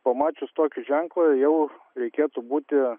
pamačius tokį ženklą jau reikėtų būti